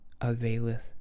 availeth